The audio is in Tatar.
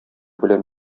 белән